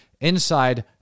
inside